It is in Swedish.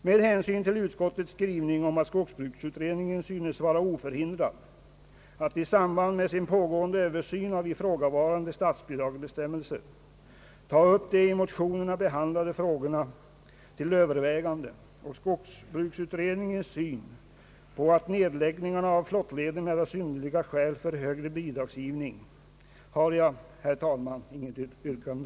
Med hänsyn till utskottets skrivning att skogsbruksutredningen synes vara oförhindrad att i samband med sin pågående översyn av ifrågavarande statsbidragsbestämmelser ta upp de i motionerna behandlade frågorna till övervägande och med hänsyn till skogsbruksutredningens syn på att nedläggningarna av flottlederna är synnerliga skäl för högre bidragsgivning har jag, herr talman, inget yrkande.